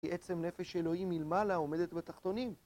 כי עצם נפש אלוהים מלמעלה עומדת בתחתונים